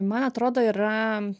man atrodo yra